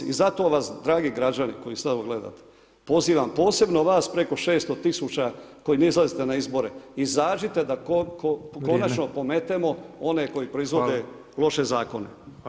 I zato vas dragi građani koji sad ovo gledate, pozivam, posebno vas preko 600 000 koji ne izlazite na izbore, izađite da konačno pometemo one koji proizvode loše zakone.